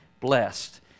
blessed